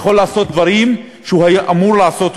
הוא יכול לעשות דברים שהוא אמור לעשות.